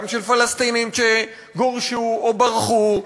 גם של פלסטינים שגורשו או ברחו,